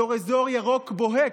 בתור אזור ירוק בוהק,